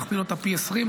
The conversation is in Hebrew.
להכפיל אותה פי 20,